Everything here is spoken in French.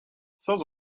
sans